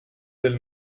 del